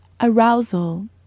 arousal